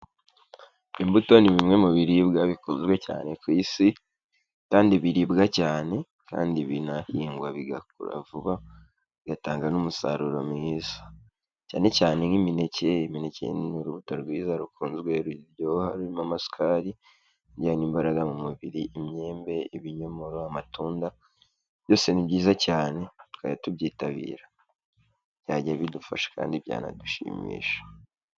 Imbuto ni bimwe mu biribwa bikunzwe cyane ku isi, kandi biribwa cyane, kandi binahingwa bigakura vuba, bigatanga n'umusaruro mwiza, cyane cyane nk'imineke, imineke n'urubuto rwiza rukunzwe ruryoha rurimo amasukari, rwongera imbaraga mu mubiri imyembe, ibinyomoro, amatunda, byose ni byiza cyane, twajya tubyitabira, byajya bidufasha kandi byanadushimisha.